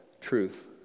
truth